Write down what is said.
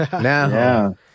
Now